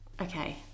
Okay